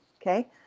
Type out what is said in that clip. okay